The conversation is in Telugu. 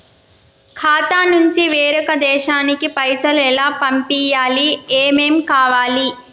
ఖాతా నుంచి వేరొక దేశానికి పైసలు ఎలా పంపియ్యాలి? ఏమేం కావాలి?